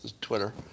Twitter